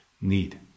need